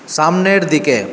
সামনের দিকে